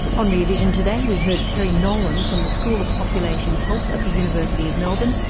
on rear vision today we heard terry nolan from the school of population health at the university of melbourne,